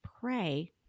pray